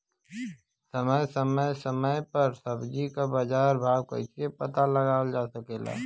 समय समय समय पर सब्जी क बाजार भाव कइसे पता लगावल जा सकेला?